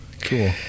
cool